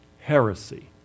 heresy